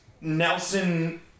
Nelson